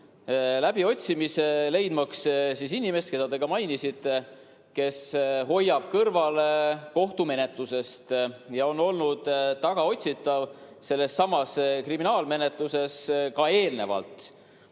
läbiotsimise leidmaks inimest, keda te mainisite, kes hoiab kõrvale kohtumenetlusest ja on olnud tagaotsitav sellessamas kriminaalmenetluses ka eelnevalt.